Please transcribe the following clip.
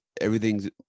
Everything's